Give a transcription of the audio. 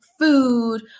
food